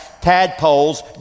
tadpoles